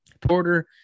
Porter